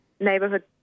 neighborhood